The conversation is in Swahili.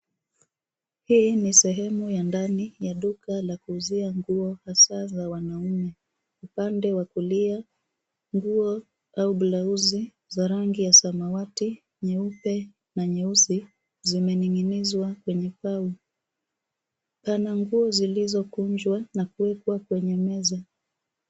Hii ni sehemu ya ndani ya duka la kuuzia nguo hasa za wanaume. Upande wa kulia, nguo au blausi za rangi ya samawati, nyeupe na nyeusi zimening'inizwa kwenye pau. Pana nguo zilizokunjwa na kuwekwa kwenye meza.